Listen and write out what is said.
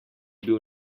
bil